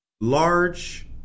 Large